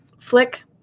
flick